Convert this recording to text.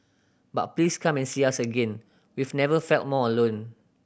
but please come and see us again we've never felt more alone